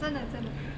真的真的